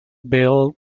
billed